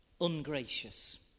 Ungracious